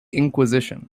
inquisition